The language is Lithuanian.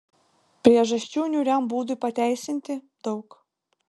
priežasčių niūriam būdui pateisinti daug